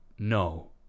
No